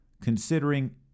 considering